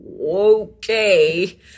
okay